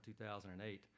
2008